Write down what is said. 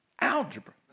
algebra